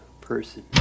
person